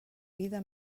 vida